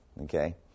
Okay